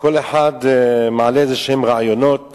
כל אחד מעלה רעיונות